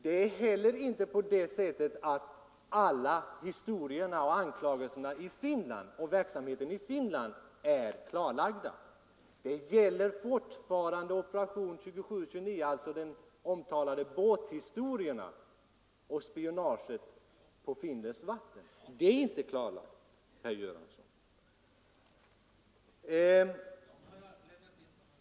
Det är heller inte så att alla anklagelserna vad avser verksamheten i Finland är klarlagda. Detta gäller fortfarande Operation 27/29, alltså de omtalade båthistorierna och spionaget från finländskt vatten. Detta är inte klarlagt, herr Göransson.